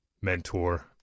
mentor